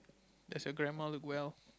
does your grandma look well